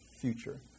future